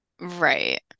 Right